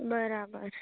બરાબર